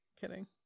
Kidding